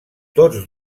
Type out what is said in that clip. tots